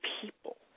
people